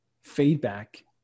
feedback